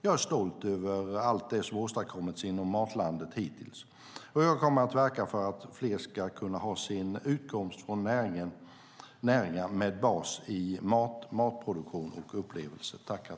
Jag är stolt över allt det som åstadkommits inom Matlandet hittills, och jag kommer att fortsätta verka för att fler ska kunna ha sin utkomst från näringar med bas i mat, matproduktion och upplevelser.